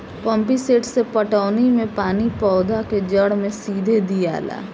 pump set से पटौनी मे पानी पौधा के जड़ मे सीधे दियाला